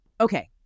Okay